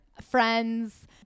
friends